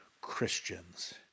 Christians